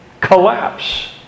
collapse